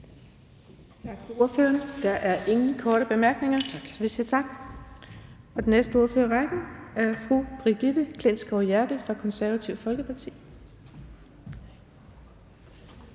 Tak til ordføreren. Der er ikke flere bemærkninger. Vi går videre til den næste ordfører, og det er fru Brigitte Klintskov Jerkel fra Det Konservative Folkeparti.